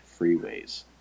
freeways